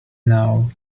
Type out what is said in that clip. now